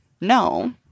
No